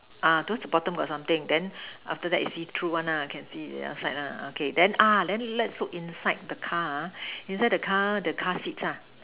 uh those to bottom got something then after that is see through one lah can see the other side lah okay then ah then let's look inside the car ha inside the car the car seats ah